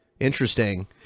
Interesting